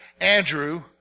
Andrew